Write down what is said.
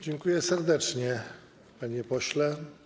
Dziękuję serdecznie, panie pośle.